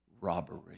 robbery